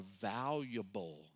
valuable